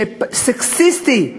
סקסיסטית.